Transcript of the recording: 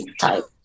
type